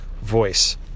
voice